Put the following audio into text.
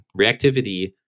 reactivity